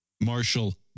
Marshall